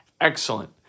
Excellent